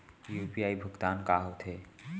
UPI भुगतान का होथे?